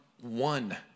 one